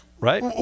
Right